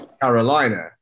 Carolina